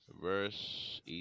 verse